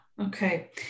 Okay